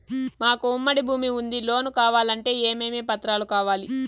మాకు ఉమ్మడి భూమి ఉంది లోను కావాలంటే ఏమేమి పత్రాలు కావాలి?